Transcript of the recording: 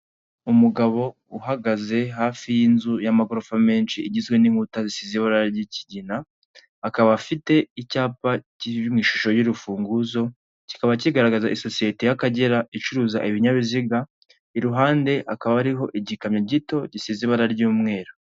Umugabo uhagaze hafi y'inzu y'amagorofa menshi igizwe n'inkuta zisize ibara ry'ikigina, akaba afite icyapa kiri mu ishusho y'urufunguzo kikaba kigaragaza isosiyete y'Akagera icuruza ibinyabiziga, iruhande hakaba hariho igikamyo gito gisize ibara ry'umweru.